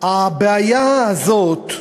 הבעיה הזאת,